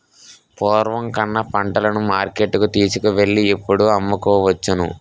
పూర్వం కన్నా పంటలను మార్కెట్టుకు తీసుకువెళ్ళి ఇప్పుడు అమ్ముకోవచ్చును